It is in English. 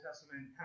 Testament